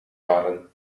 waren